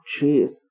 jeez